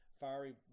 fiery